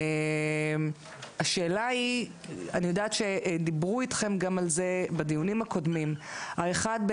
אני יודעת שדיברו אתכם בדיונים הקודמים על: אחד,